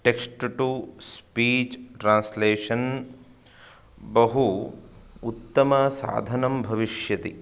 text to speech translation बहु उत्तमसाधनं भविष्यति